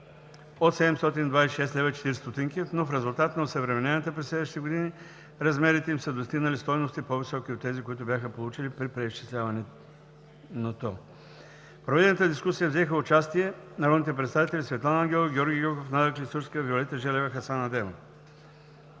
от 726,40 лв., но в резултат на осъвременяванията през следващите години размерите им са достигнали стойности, по-високи от тези, които биха получили при преизчислението. В проведената дискусия взеха участие народните представители Светлана Ангелова, Георги Гьоков, Надя Клисурска, Виолета Желева и Хасан Адемов.